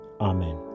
Amen